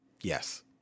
Yes